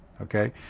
okay